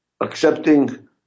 accepting